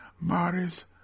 Maris